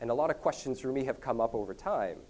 and a lot of questions for me have come up over time